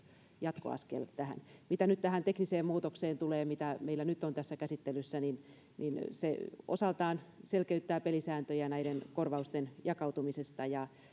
jatkoaskel tähän mitä tulee tähän tekniseen muutokseen mikä meillä nyt on tässä käsittelyssä niin niin se osaltaan selkeyttää pelisääntöjä näiden korvausten jakautumisesta